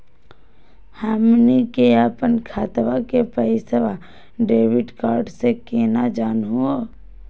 हमनी के अपन खतवा के पैसवा डेबिट कार्ड से केना जानहु हो?